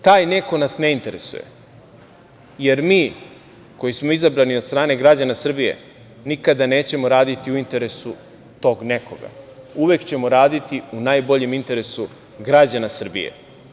Taj neko nas ne interesuje, jer mi koji smo izabrani od strane građana Srbije, nikada nećemo raditi u interesu tog nekog, uvek ćemo raditi u najboljem interesu građana Srbije.